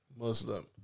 Muslim